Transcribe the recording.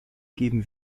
geben